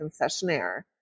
concessionaire